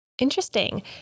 Interesting